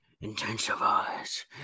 intensifies